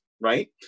right